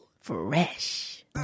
fresh